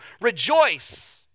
Rejoice